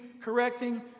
correcting